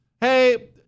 Hey